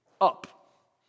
up